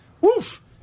woof